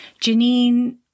Janine